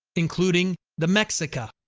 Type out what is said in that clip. including the mexica.